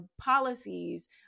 policies